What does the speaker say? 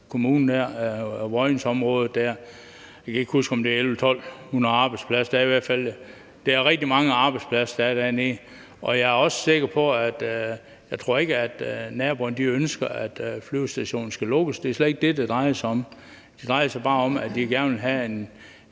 Kommune og i Vojensområdet; jeg kan ikke huske, om det er 1.100-1.200 arbejdspladser, men det er i hvert fald rigtig mange arbejdspladser, der er dernede – og jeg tror ikke, at naboerne ønsker, at flyvestationen skal lukkes. Det er slet ikke det, det drejer sig om. Det drejer sig bare om, at de gerne vil have en